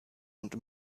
und